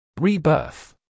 Rebirth